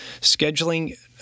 scheduling